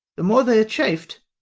the more they are chaf'd,